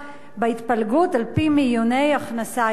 בהתפלגות על-פי מאיוני הכנסה עסקית?